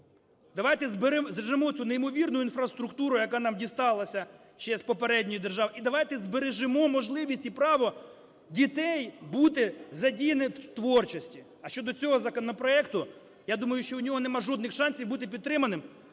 Давайте збережемо цю неймовірну інфраструктуру, яка нам дісталася ще з попередніх держав, і давайте збережемо можливість і право дітей бути задіяними в творчості. А щодо цього законопроекту, я думаю, що в нього немає жодних шансів бути підтриманим,